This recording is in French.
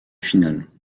finales